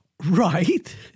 Right